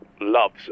loves